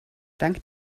dank